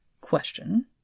question